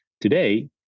Today